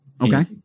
Okay